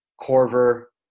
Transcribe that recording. Corver